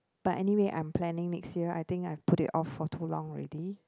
but anyway I'm planning next year I think I've put it off for too long already